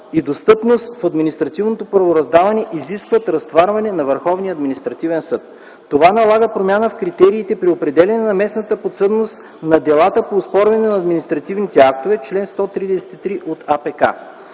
и достъпност в административното правораздаване изискват разтоварването на Върховния административен съд. Това налага промяна в критериите при определяне на местната подсъдност на делата по оспорване на административните актове - чл. 133 от АПК.